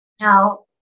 Now